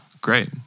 Great